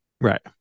right